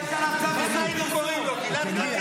--- יש עליו צו איסור פרסום --- גלעד קריב -- גלעד קריב,